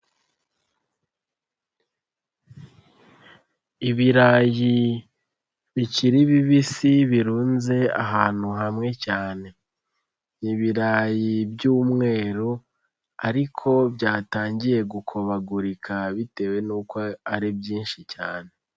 Ibirayi bikiri bibisi birunze ahantu hamwe cyane, ibirayi by'umweru ariko byatangiye gukobagurika bitewe n'uko ari byinshi cyane.